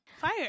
Fire